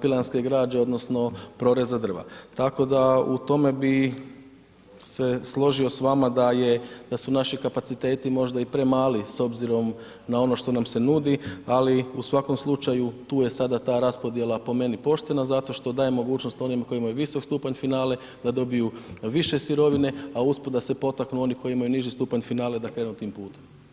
pilanske građe odnosno proreza drva tako da u tome bi se složio s vama da su naši kapaciteti možda i premali s obzirom na ono što nam se nudi ali u svakom slučaju tu je sada ta raspodjela po meni poštena zato što dajemo mogućnost onim koji imaju je visok stupanj finale, da dobiju više sirovine a usput da se potaknu oni koji imaju niži stupanje finale i da krenu tim putem.